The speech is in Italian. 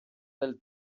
del